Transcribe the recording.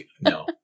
no